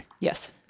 Yes